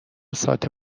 سات